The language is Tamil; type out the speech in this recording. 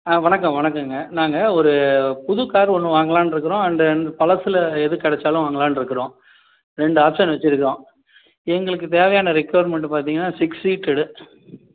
ஆ வணக்கம் வணக்கங்க நாங்கள் ஒரு புது கார் ஒன்று வாங்கலான்ருக்கிறோம் அண்ட் வந்து பழசுல எது கிடைச்சாலும் வாங்கலான்ருக்கிறோம் ரெண்டு ஆப்ஸன் வெச்சுருக்கோம் எங்களுக்கு தேவையான ரெக்கொயர்மென்ட் பார்த்தீங்கனா சிக்ஸ் சீட்டடு